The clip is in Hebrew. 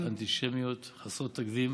בוטות, אנטישמיות, חסרות תקדים.